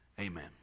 Amen